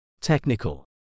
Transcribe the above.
Technical